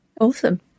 awesome